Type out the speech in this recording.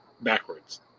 backwards